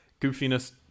goofiness